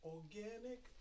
Organic